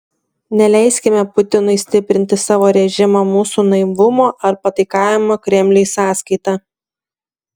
neleiskime putinui stiprinti savo režimo mūsų naivumo ar pataikavimo kremliui sąskaita